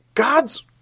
God's